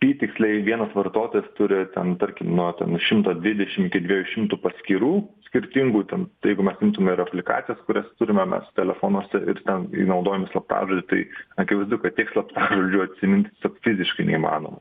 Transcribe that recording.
pytiksliai vienas vartotojas turi ten tarkim nuo ten šimto dvidešim iki dviejų šimtų paskyrų skirtingų ten tai jeigu mes imtume ir aplikacijas kurias turime mes telefonuose ir ten naudojami slaptažodžiai tai akivaizdu kad tiek slaptažodžių atsimint tiesiog fiziškai neįmanoma